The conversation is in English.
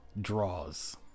draws